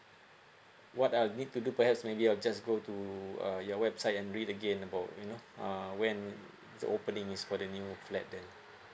what I'll need to do perhaps maybe I'll just go to uh your website and read again about you know uh when it's openings for the new flat then